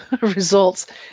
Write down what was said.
results